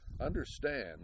Understand